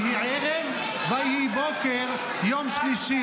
ויהי ערב ויהי בוקר יום שלישי,